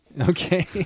Okay